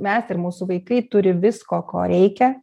mes ir mūsų vaikai turi visko ko reikia